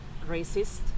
racist